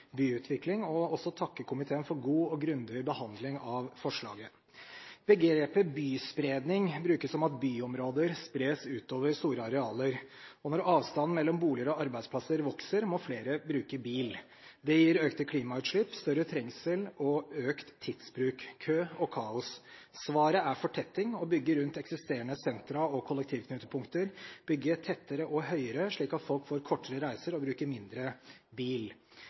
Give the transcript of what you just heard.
byutvikling, og også takke komiteen for god og grundig behandling av forslaget. Begrepet «byspredning» brukes om at byområder spres utover store arealer. Når avstanden mellom boliger og arbeidsplasser vokser, må flere bruke bil. Det gir økte klimautslipp, større trengsel, økt tidsbruk, kø og kaos. Svaret er fortetting, å bygge rundt eksisterende sentra og kollektivknutepunkter, bygge tettere og høyere, slik at folk får kortere reiser og bruker bil mindre.